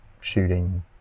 shooting